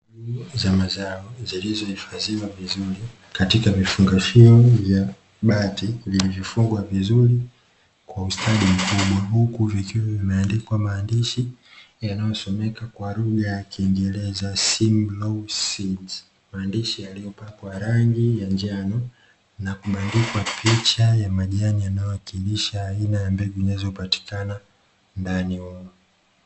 Mbegu za mazao zilizo hifadhiwa vizuri katika vifungashio vya bati vilivyofungwa vizuri kwa ustadi mkubwa huku zikiwa vimeandika maandishi yanayosomeka kwa lugha ya kiingereza, ''simlo seed'' maandishi yaliyopakwa rangi ya njano na kubandikwa picha ya majani, yanayowakilisha aina ya mbegu inaypoatikana ndani humu.